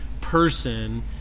person